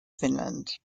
finland